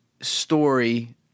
story